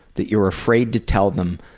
that you're afraid to tell them,